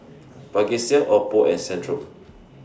Vagisil Oppo and Centrum